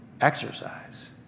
exercise